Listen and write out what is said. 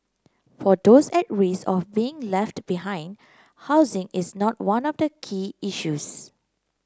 for those at risk of being left behind housing is not one of the key issues